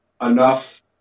enough